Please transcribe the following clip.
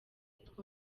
two